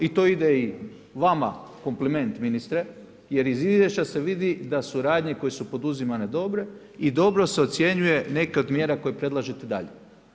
I to ide i vama kompliment ministre, jer iz izvješća se vidi da suradnje koje su poduzimane su dobre i dobro se ocjenjuje neka mjera koju predlažete dalje.